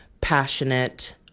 passionate